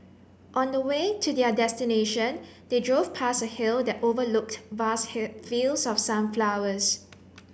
on the way to their destination they drove past a hill that overlooked vast fields of sunflowers